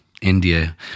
India